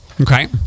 Okay